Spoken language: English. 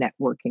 networking